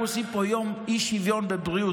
ב-27 ביוני אנחנו עושים פה יום אי-שוויון בבריאות,